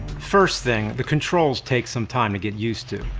first thing, the controls take some time to get used to.